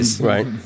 Right